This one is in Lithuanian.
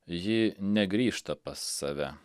ji negrįžta pas save